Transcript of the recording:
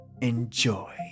Enjoy